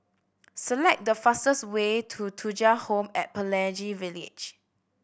select the fastest way to Thuja Home and Pelangi Village